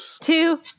two